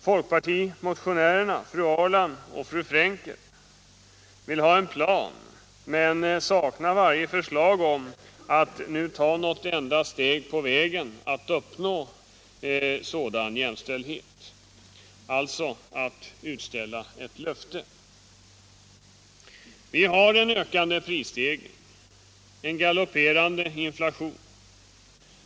Folkpartimotionärerna fru Ahrland och fru Frenkel vill ha en plan, men saknar varje förslag om att nu ta något enda steg på vägen mot att uppnå sådan jämställdhet, alltså att utställa ett löfte. Vi har en ökande prisstegring, en galopperande inflation.